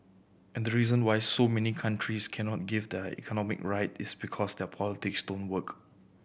and the reason why so many countries cannot get their economies right it's because their politics don't work